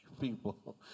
people